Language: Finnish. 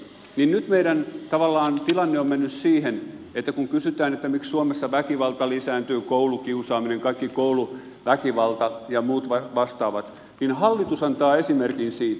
nyt meidän tilanteemme on tavallaan mennyt siihen että kun kysytään miksi suomessa väkivalta lisääntyy koulukiusaaminen kaikki kouluväkivalta ja muut vastaavat niin hallitus antaa esimerkin siitä